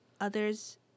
others